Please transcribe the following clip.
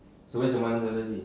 so where is